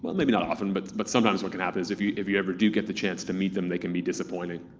maybe not often, but but sometimes what can happen is if you if you ever do get the chance to meet them, they can be disappointing.